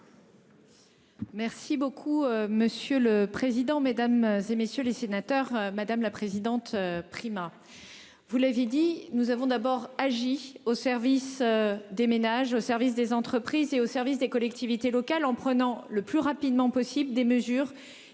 Merci beaucoup monsieur le président, Mesdames, et messieurs les sénateurs, madame la présidente Prima. Vous l'avez dit, nous avons d'abord agi au service des ménages au service des entreprises et au service des collectivités locales en prenant le plus rapidement possible, des mesures